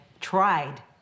tried